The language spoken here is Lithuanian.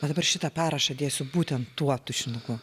va dabar šitą parašą dėsiu būtent tuo tušinuku